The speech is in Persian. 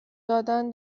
دادن